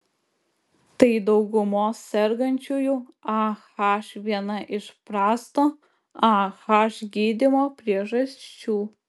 tai daugumos sergančiųjų ah viena iš prasto ah gydymo priežasčių